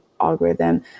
algorithm